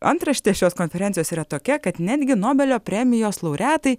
antraštė šios konferencijos yra tokia kad netgi nobelio premijos laureatai